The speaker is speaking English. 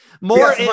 More